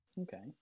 Okay